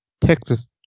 Texas